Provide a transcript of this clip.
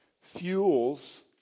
fuels